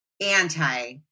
anti